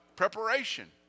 preparation